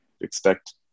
expect